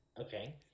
Okay